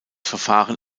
verfahren